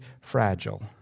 fragile